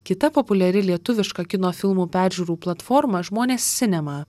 kita populiari lietuviška kino filmų peržiūrų platforma žmonės sinema